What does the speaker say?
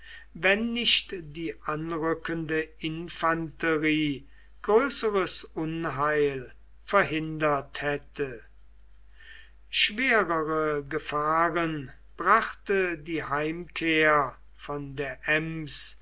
wenn nicht die anrückende infanterie größeres unheil verhindert hätte schwerere gefahren brachte die heimkehr von der ems